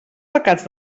pecats